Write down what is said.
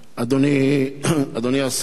אדוני השר,